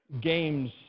games